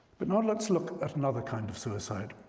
but now let's look at another kind of suicide,